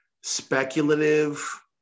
speculative